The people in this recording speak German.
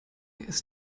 ist